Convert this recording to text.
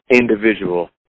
individual